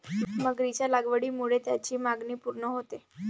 मगरीच्या लागवडीमुळे त्याची मागणी पूर्ण होते